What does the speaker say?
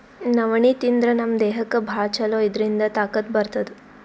ನವಣಿ ತಿಂದ್ರ್ ನಮ್ ದೇಹಕ್ಕ್ ಭಾಳ್ ಛಲೋ ಇದ್ರಿಂದ್ ತಾಕತ್ ಬರ್ತದ್